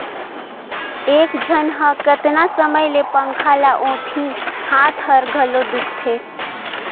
एक झन ह कतना समय ले पंखा ल ओटही, हात हर घलो दुखते